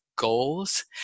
goals